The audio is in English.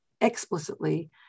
explicitly